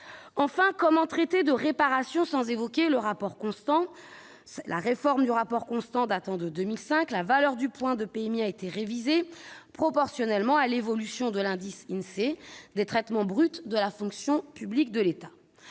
lieu, comment traiter de réparation sans évoquer le rapport constant ? Avec la réforme du rapport constant, en 2005, la valeur du point de PMI a été révisée proportionnellement à l'évolution de l'indice Insee des traitements bruts de la fonction publique d'État.